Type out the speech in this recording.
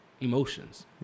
emotions